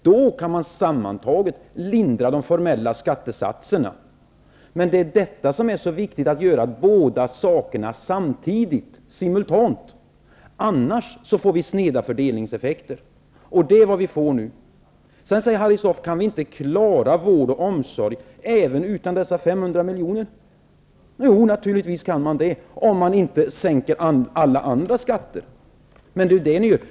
Då kan man sammantaget lindra de formella skattesatserna. Men det är så viktigt att man gör båda sakerna samtidigt, simultant, annars blir det sneda fördelningseffekter. Och det blir det nu. Harry Staaf frågade om man inte kan klara vård och omsorg även utan dessa 500 miljoner. Jo, naturligtvis kan man det, om man inte sänker alla andra skatter. Men det är ju detta som sker.